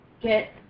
get